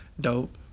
dope